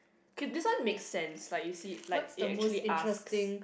okay this one makes sense like you see like it actually asks